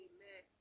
Amen